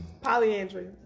polyandry